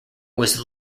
was